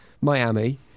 miami